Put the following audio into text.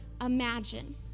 imagine